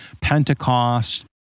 Pentecost